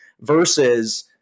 versus